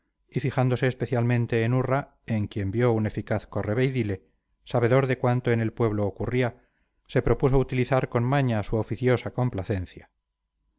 y fijándose especialmente en urra en quien vio un eficaz correveidile sabedor de cuanto en el pueblo ocurría se propuso utilizar con maña su oficiosa complacencia